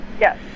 Yes